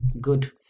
Good